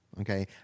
Okay